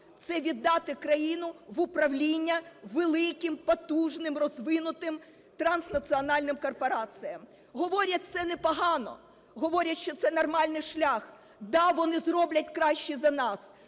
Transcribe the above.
це віддати країну в управління великим потужним, розвинутим транснаціональним корпораціям. Говорять, це не погано. Говорять, що це нормальний шлях. Да, вони зроблять краще за нас